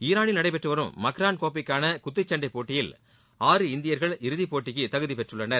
ஈரானில் நடைபெற்று வரும் மக்ரான் கோப்பைக்கான குத்துச் சண்டை போட்டியில் ஆறு இந்தியர்கள் இறுதி போட்டிக்கு தகுதி பெற்றுள்ளனர்